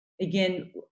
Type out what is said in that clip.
again